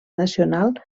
nacional